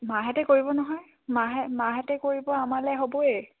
মাহেঁতে কৰিব নহয় মাহে মাহেঁতে কৰিব আমালৈ হ'বয়ে